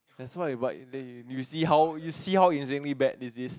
that's why but they you you see how you see how insanely bad this is